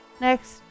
next